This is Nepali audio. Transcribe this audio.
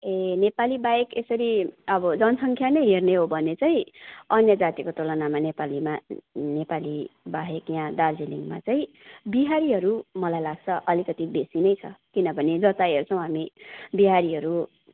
ए नेपालीबाहेक यसरी अब जन सङ्ख्या नै हेर्ने हो भने चाहिँ अन्य जातिको तुलनामा नेपालीमा नेपालीबाहेक यहाँ दार्जिलिङमा चाहिँ बिहारीहरू मलाई लाग्छ अलिकति बेसी नै छ किनभने जता हेर्छौँ हामी बिहारीहरू